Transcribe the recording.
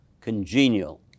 congenial